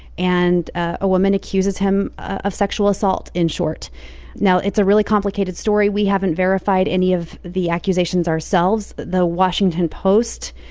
and a woman accuses him of sexual assault in short now, it's a really complicated story. we haven't verified any of the accusations ourselves. the washington post,